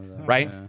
right